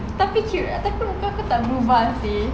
tapi cute ah tapi muka aku tak berubah seh